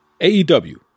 AEW